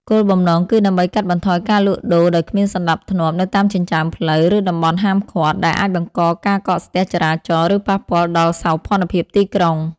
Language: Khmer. គោលបំណងគឺដើម្បីកាត់បន្ថយការលក់ដូរដោយគ្មានសណ្តាប់ធ្នាប់នៅតាមចិញ្ចើមផ្លូវ ឬតំបន់ហាមឃាត់ ដែលអាចបង្កការកកស្ទះចរាចរណ៍ ឬប៉ះពាល់ដល់សោភ័ណភាពទីក្រុង ។